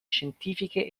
scientifiche